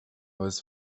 was